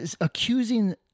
accusing